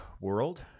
world